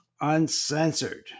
uncensored